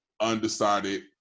Undecided